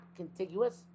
contiguous